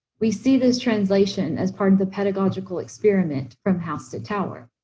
we see this translation as part of the pedagogical experiment from house to tower.